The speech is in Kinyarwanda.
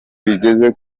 bigeze